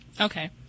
Okay